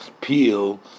peel